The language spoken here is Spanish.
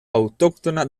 autóctona